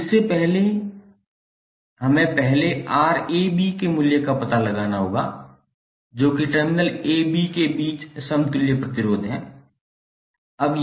अब इससे पहले हमें पहले Rab के मूल्य का पता लगाना होगा जो कि टर्मिनल ab के के बीच समतुल्य प्रतिरोध है